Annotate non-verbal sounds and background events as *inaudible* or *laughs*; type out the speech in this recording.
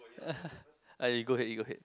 *laughs* ah you go ahead you go ahead